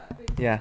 ya